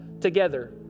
together